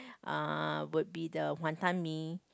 uh would be the wanton-mee